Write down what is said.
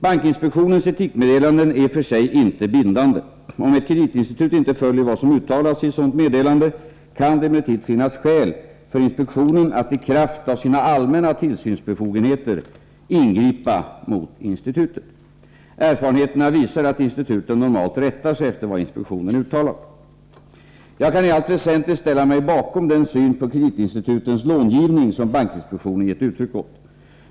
Bankinspektionens etikmeddelanden är i och för sig inte bindande. Om ett kreditinstitut inte följer vad som uttalats i ett sådant meddelande, kan det emellertid finnas skäl för inspektionen att i kraft av sina allmänna tillsynsbe fogenheter ingripa mot institutet. Erfarenheterna visar att instituten normalt rättar sig efter vad inspektionen uttalat. Jag kan i allt väsentligt ställa mig bakom den syn på kreditinstitutens långivning som bankinspektionen gett uttryck åt.